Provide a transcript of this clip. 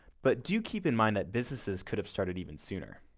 but do keep in mind that businesses could have started even sooner.